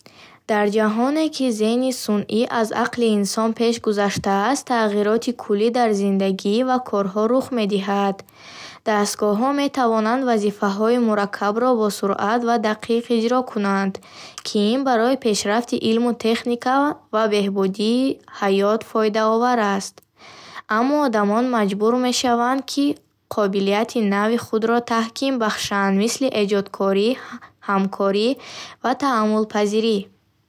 Дар ҷаҳоне, ки зеҳни сунъӣ аз ақли инсон пеш гузаштааст, тағйироти куллӣ дар зиндагӣ ва корҳо рух медиҳад. Дастгоҳҳо метавонанд вазифаҳои мураккабро босуръат ва дақиқ иҷро кунанд, ки ин барои пешрафти илму техника ва беҳбудии ҳаёт фоидаовар аст. Аммо одамон маҷбур мешаванд, ки қобилиятҳои нави худро таҳким бахшанд, мисли эҷодкорӣ, ҳамкорӣ ва таҳаммулпазирӣ.